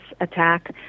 attack